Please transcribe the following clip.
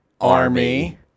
Army